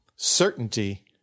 Certainty